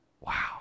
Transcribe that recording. Wow